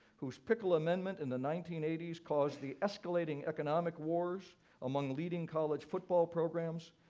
whose pickle amendment in the nineteen eighty s caused the escalating economic wars among leading college football programs,